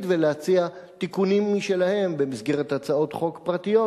ולהציע תיקונים משלהם במסגרת הצעות חוק פרטיות.